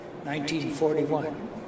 1941